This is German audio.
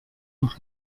noch